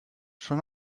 són